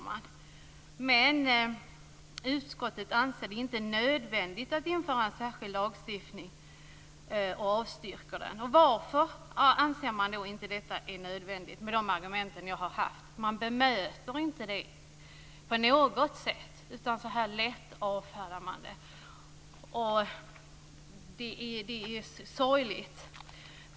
Men utskottet anser det inte nödvändigt att införa en särskild lagstiftning och avstyrker motionen. Varför anser man då inte att detta är nödvändigt med de argument som jag har haft? Man bemöter inte det på något sätt utan avfärdar det så här lätt. Det är sorgligt.